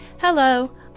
Hello